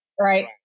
right